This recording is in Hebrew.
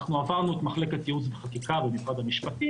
אנחנו עברנו את מחלקת ייעוץ וחקיקה במשרד המשפטים,